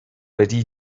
wedi